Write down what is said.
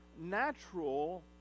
natural